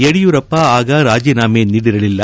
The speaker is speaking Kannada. ಯಡಿಯೂರಪ್ಪ ಆಗ ರಾಜೀನಾಮೆ ನೀಡಿರಲಿಲ್ಲ